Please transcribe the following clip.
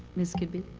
ms. kidby?